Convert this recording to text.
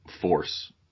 force